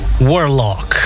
Warlock